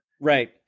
Right